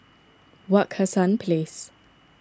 Wak Hassan Place